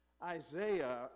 Isaiah